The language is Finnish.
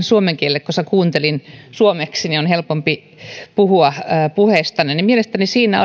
suomen kielelle koska kuuntelin suomeksi on helpompi puhua puheestanne siinä